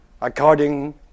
according